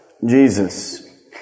Jesus